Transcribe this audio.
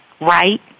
right